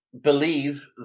believe